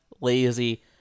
lazy